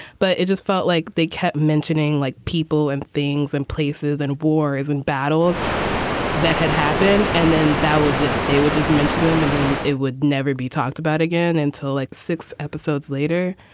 but it just felt like they kept mentioning like people and things and places and war isn't battles that had happened. and then that was it. they would just mention them and then it would never be talked about again until like six episodes later.